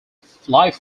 firing